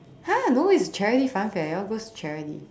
!huh! no it's a charity funfair it all goes to charity